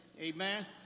Amen